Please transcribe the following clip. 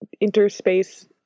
interspace